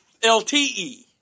LTE